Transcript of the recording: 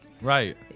Right